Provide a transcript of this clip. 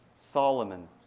Solomon